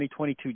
2022